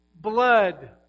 blood